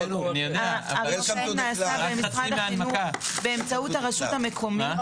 הרישום נעשה במשרד החינוך באמצעות הרשות המקומית.